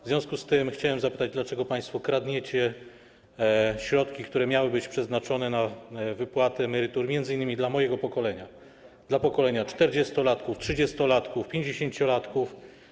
W związku z tym chciałem zapytać, dlaczego państwo kradniecie środki, które miały być przeznaczone na wypłaty emerytur m.in. dla mojego pokolenia, dla pokolenia czterdziestolatków, trzydziestolatków, pięćdziesięciolatków.